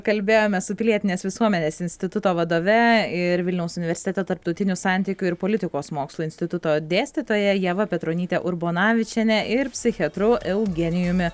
kalbėjomės su pilietinės visuomenės instituto vadove ir vilniaus universitete tarptautinių santykių ir politikos mokslų instituto dėstytoja ieva petronyte urbonavičiene ir psichiatru eugenijumi